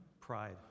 Pride